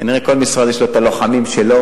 כנראה כל משרד יש לו הלוחמים שלו.